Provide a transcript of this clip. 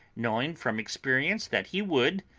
knowing from experience that he would,